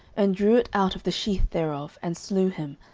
and drew it out of the sheath thereof, and slew him,